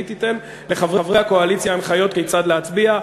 היא תיתן לחברי הקואליציה הנחיות כיצד להצביע,